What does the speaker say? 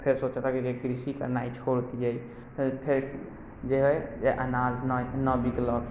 फेर सोचलक जे कृषि करनाइ छोड़ि दिअए फेर जे हइ अनाज नहि बिकलक